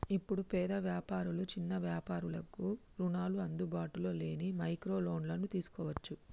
ఇప్పుడు పేద వ్యాపారులు చిన్న వ్యాపారులకు రుణాలు అందుబాటులో లేని మైక్రో లోన్లను తీసుకోవచ్చు